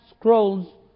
scrolls